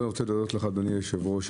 אני רוצה להודות לך, אדוני היושב-ראש.